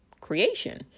creation